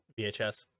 VHS